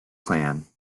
clan